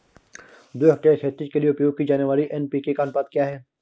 दो हेक्टेयर खेती के लिए उपयोग की जाने वाली एन.पी.के का अनुपात क्या है?